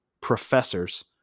professors